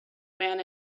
man